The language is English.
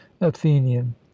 athenian